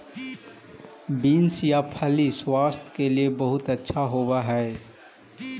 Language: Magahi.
बींस या फली स्वास्थ्य के लिए बहुत अच्छा होवअ हई